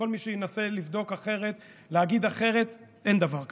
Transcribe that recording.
כל מי שינסה לבדוק אחרת, להגיד אחרת, אין דבר כזה.